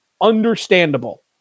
understandable